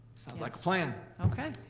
sounds like a plan. okay.